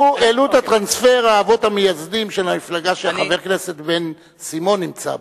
העלו את הטרנספר האבות המייסדים של המפלגה שחבר הכנסת בן-סימון נמצא בה.